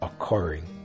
occurring